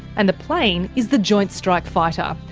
and the plane is the joint strike fighter,